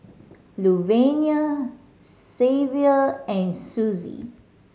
Luvenia Xzavier and Sussie